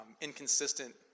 inconsistent